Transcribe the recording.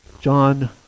John